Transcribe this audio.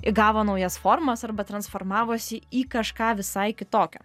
įgavo naujas formas arba transformavosi į kažką visai kitokio